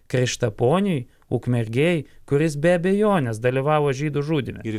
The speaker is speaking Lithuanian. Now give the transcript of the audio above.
krištaponiui ukmergėj kuris be abejonės dalyvavo žydų žudyme ir